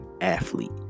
athlete